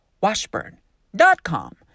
Washburn.com